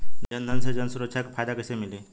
जनधन से जन सुरक्षा के फायदा कैसे मिली?